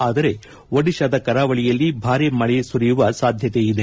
ಆದರೆ ಒಡಿತಾದ ಕರಾವಳಿಯಲ್ಲಿ ಭಾರೀ ಮಳೆ ಸುರಿಯುವ ಸಾಧ್ಯತೆ ಇದೆ